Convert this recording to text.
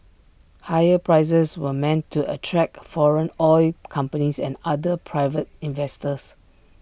higher prices were meant to attract foreign oil companies and other private investors